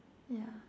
yeah